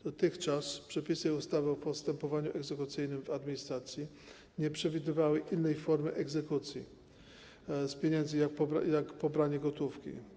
Dotychczas przepisy ustawy o postępowaniu egzekucyjnym w administracji nie przewidywały innej formy egzekucji z pieniędzy jak pobranie gotówki.